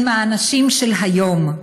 הם האנשים של היום.